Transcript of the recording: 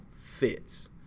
fits